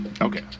okay